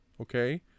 okay